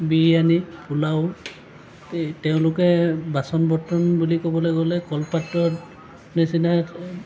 বিৰিয়ানী পোলাও তেওঁলোকে বাচন বৰ্তন বুলি ক'বলৈ গ'লে কলপাতত নিচিনা